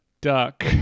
duck